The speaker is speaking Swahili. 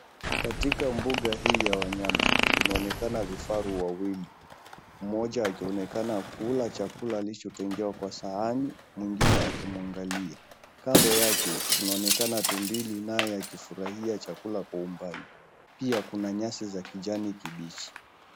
Katika mbuga hii ya wanyama kunaonekana vifaru wawili, mmoja akionekana kula chakula alichotengewa kwa sahani, mwingine akimwangalia. Kando yake kunaonekana tumbili naye akifurahia chakula kwa umbali. Pia kuna nyasi za kijani kibichi.